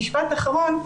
משפט אחרון,